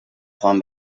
joan